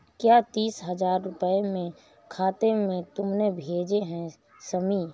क्या तीस हजार रूपए मेरे खाते में तुमने भेजे है शमी?